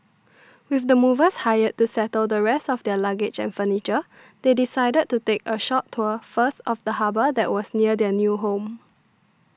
with the movers hired to settle the rest of their luggage and furniture they decided to take a short tour first of the harbour that was near their new home